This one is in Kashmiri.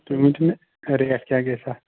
تُہۍ ؤنۍتَو مٚے رِیٹ کیٛاہ گَژھِ اَتھ